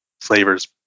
flavors